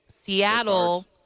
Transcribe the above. Seattle